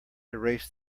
erase